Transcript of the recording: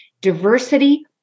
Diversity